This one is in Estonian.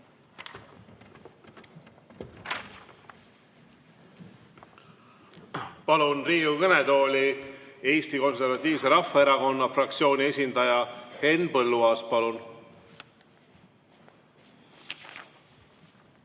Palun Riigikogu kõnetooli Eesti Konservatiivse Rahvaerakonna fraktsiooni esindaja Henn Põlluaasa. Palun!